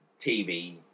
TV